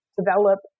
develop